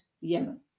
yemen